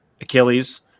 Achilles